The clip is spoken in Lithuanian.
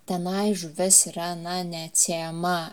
tenai žuvis yra na neatsiejama